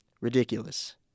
Ridiculous